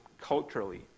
culturally